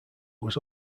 was